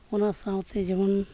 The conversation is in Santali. ᱚᱱᱟ ᱥᱟᱶᱛᱮ ᱡᱮᱢᱚᱱ